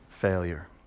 failure